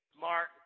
Mark